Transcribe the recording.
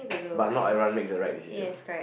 but not everyone makes the right decision